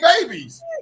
babies